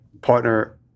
partner